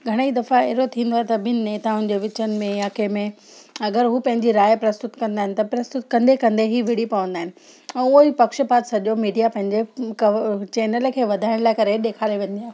घणेई दफ़ा अहिड़ो थींदो आहे सभिनि नेताउंनि जे विच में या कंहिंमें अगरि हू पंहिंजी राय प्रस्तुत कंदा आहिनि त प्रस्तुत कंदे कंदे हीअ विड़ी पवंदा आहिनि उहेई पक्षपात सॼो मीडिया पंहिंजे कव चैनल खे वधाइण लाइ करे ॾेखारे वेंदी आहे